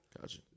Gotcha